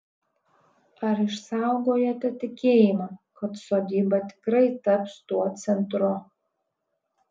ar išsaugojote tikėjimą kad sodyba tikrai taps tuo centru